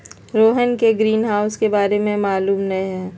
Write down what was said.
रोहन के ग्रीनहाउस के बारे में मालूम न हई